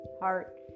heart